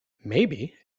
maybe